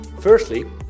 Firstly